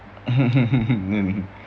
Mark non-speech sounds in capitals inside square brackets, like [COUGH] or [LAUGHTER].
[LAUGHS]